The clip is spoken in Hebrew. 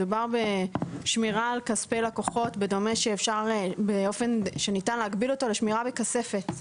מדובר בשמירה על כספי לקוחות באופן שניתן להקביל אותו לשמירה בכספת.